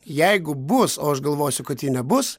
jeigu bus o aš galvosiu kad ji nebus